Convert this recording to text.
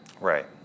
right